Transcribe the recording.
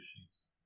sheets